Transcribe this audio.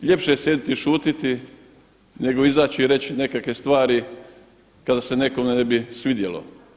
Ljepše je sjediti i šutiti nego izaći i reći nekakve stvari kada se nekome ne bi svidjelo.